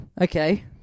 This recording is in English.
okay